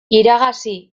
iragazi